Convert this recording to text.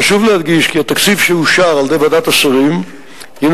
חשוב להדגיש כי התקציב שאושר על-ידי ועדת השרים הינו